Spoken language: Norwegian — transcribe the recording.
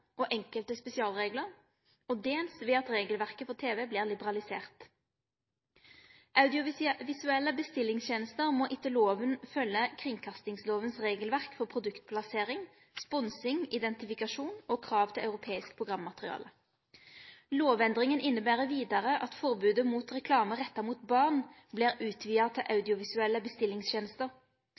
og enkelte spesialreglar, og dels ved at regelverket for tv vert liberalisert. Audiovisuelle bestillingstenester må etter loven følgje kringkastingsloven sitt regelverk for produktplassering, sponsing, identifikasjon og krav til europeisk programmateriale. Lovendringa inneber vidare at forbodet mot reklame retta mot barn vert utvida til audiovisuelle